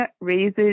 raises